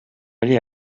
aller